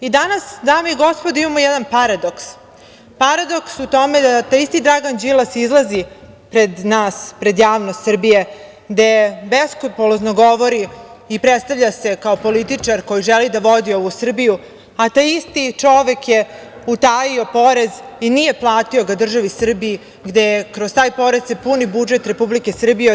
I danas, dame i gospodo, imamo jedan paradoks, paradoks u tome da taj isti Dragan Đilas izlazi pred nas, pred javnost Srbije, gde beskrupulozno govori i prestavlja se kao političar koji želi da vodi ovu Srbiju, a taj isti čovek je utajio porez i nije platio državi Srbiji, gde kroz taj porez se puni budžet Republike Srbije.